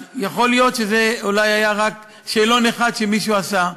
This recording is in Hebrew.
יכול להיות שזה אולי היה רק שאלון אחד שמישהו עשה.